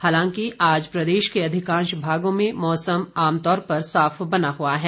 हालांकि आज प्रदेश के अधिकांश भागों में मौसम आमतौर पर साफ बना हुआ है